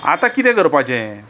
आतां कितें करपाचें